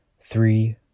three